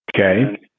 Okay